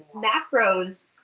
macros,